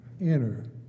enter